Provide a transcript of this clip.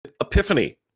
Epiphany